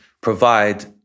provide